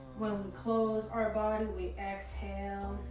when we close our body, we exhale.